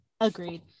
Agreed